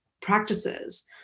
practices